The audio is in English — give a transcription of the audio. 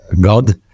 god